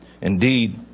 Indeed